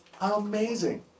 Amazing